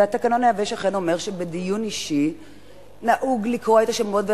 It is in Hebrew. והתקנון היבש אכן אומר שבדיון אישי נהוג לקרוא את השמות,